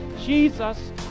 Jesus